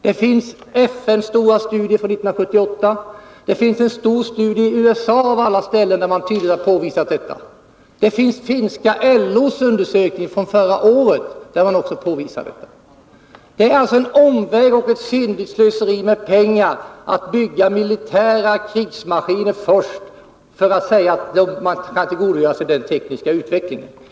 Det finns flera studier om detta: FN:s stora studie från 1978, en stor studie som har gjorts i USA — av alla ställen — där detta har påvisats och finska LO:s undersökning från förra året, där det också har påvisats att det förhåller sig så. Det är alltså en omväg och ett synnerligt stort slöseri med pengar att bygga militära krigsmaskiner först för att sedan kunna säga att man kan tillgodogöra sig den tekniska utvecklingen.